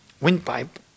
windpipe